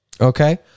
Okay